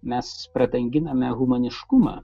mes pradanginame humaniškumą